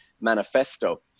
manifesto